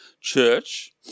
church